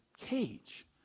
cage